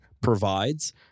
provides